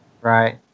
right